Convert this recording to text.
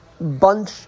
bunch